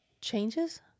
Changes